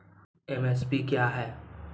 MSP क्या है?